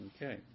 Okay